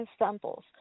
examples